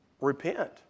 repent